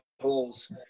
holes